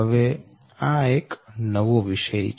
હવે આ એક નવો વિષય છે